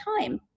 time